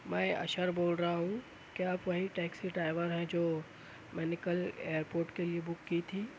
میں اشہر بول رہا ہوں کیا آپ وہی ٹیکسی ڈرائیور ہیں جو میں نے کل ایئرپورٹ کے لیے بک کی تھی